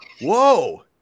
Whoa